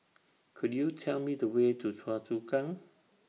Could YOU Tell Me The Way to Choa Chu Kang